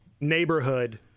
neighborhood